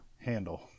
handle